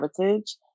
heritage